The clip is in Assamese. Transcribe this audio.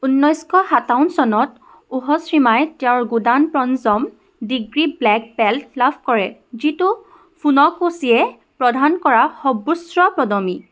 ঊনৈছশ সাতাৱন্ন চনত ওহশ্বিমাই তেওঁৰ গোডান পঞ্চম ডিগ্ৰী ব্লেক বেল্ট লাভ কৰে যিটো ফুন'কোছিয়ে প্ৰদান কৰা সৰ্বোচ্চ পদবী